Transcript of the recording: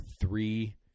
three